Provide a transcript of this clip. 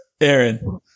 Aaron